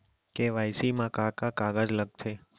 KYC मा का का कागज लगथे?